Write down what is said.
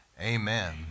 Amen